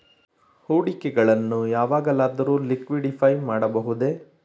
ಹೂಡಿಕೆಗಳನ್ನು ಯಾವಾಗಲಾದರೂ ಲಿಕ್ವಿಡಿಫೈ ಮಾಡಬಹುದೇ?